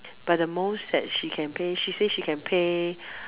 but the most that she can pay she say she can pay